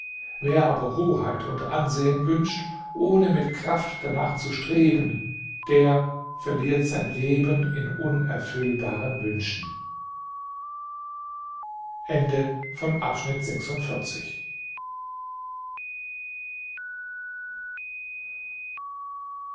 wer aber hoheit und ansehen wünscht ohne mit kraft danach zu streben der verliert sein leben in unerfüllbaren wünschen